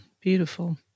Beautiful